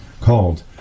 called